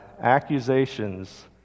accusations